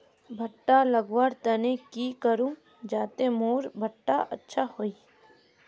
भुट्टा लगवार तने की करूम जाते मोर भुट्टा अच्छा हाई?